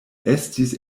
estis